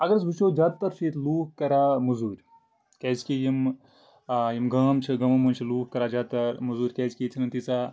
اگر أسۍ وٕچھو زادٕ تَر چھِ ییٚتہِ لُکھ کَران مَزوٗرۍ کیازِکہِ یِم یِم گام چھِ گامو منٛز چھِ لُکھ کَران زیادٕ تَر مَزوٗرۍ کیازِکہِ ییٚتہِ چھَنہٕ تیٖژاہ